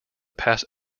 pass